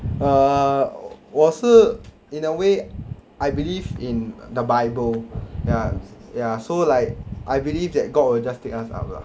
err 我是 in a way I believe in the bible ya ya so like I believe that god will just take us up lah